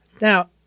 Now